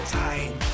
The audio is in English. time